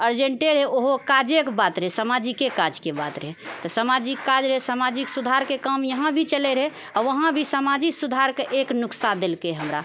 अर्जेण्टे रहै ओहो काजेके बात रहै सामाजिके काजके बात रहै तऽ सामाजिक काज रहै सामाजिक सुधारके काज इहा भी चलै रहै आओर वहाँ भी समाजिक सुधारके एक नुक्शा देलकै हमरा